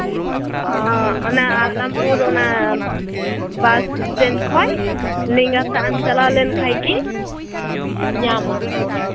ᱚᱸᱻ ᱚᱱᱟ ᱟᱞᱟᱢᱯᱩᱨ ᱚᱱᱟ ᱵᱟᱥ ᱥᱴᱮᱱᱰ ᱠᱷᱚᱡ ᱞᱮᱸᱜᱟ ᱥᱟᱢ ᱪᱟᱞᱟᱣ ᱞᱮᱱᱠᱷᱟᱡ ᱜᱮ ᱧᱟᱢᱟᱢ